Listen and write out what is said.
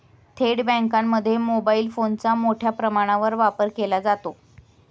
थेट बँकांमध्ये मोबाईल फोनचा मोठ्या प्रमाणावर वापर केला जातो